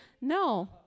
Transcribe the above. No